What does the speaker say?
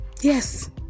Yes